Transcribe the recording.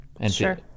Sure